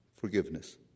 forgiveness